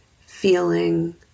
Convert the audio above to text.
feeling